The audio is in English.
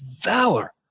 valor